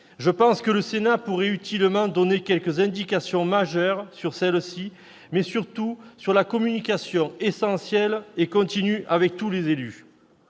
Je pense que le Sénat pourrait utilement donner quelques indications majeures sur celles-ci, mais, surtout, sur la communication essentielle et continue avec tous les élus.